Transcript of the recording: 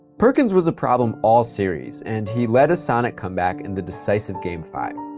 perkins was a problem all series, and he led a sonic comeback in the decisive game five.